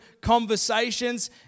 conversations